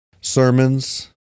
sermons